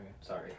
Sorry